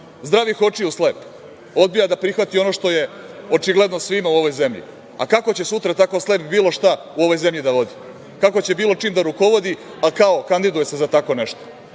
zdravih očiju slep, odbija da prihvati ono što je očigledno svima u ovoj zemlji, a kako će sutra tako slep bilo šta u ovoj zemlji da vodi, kako će bilo čim da rukovodi, a kao kandiduje se za tako